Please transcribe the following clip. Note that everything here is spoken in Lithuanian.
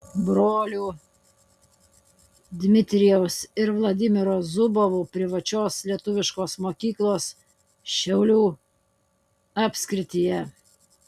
brolių dmitrijaus ir vladimiro zubovų privačios lietuviškos mokyklos šiaulių apskrityje